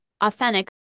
authentic